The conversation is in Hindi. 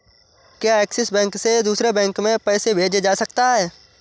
क्या ऐक्सिस बैंक से दूसरे बैंक में पैसे भेजे जा सकता हैं?